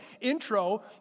Intro